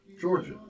Georgia